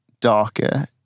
darker